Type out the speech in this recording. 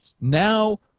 now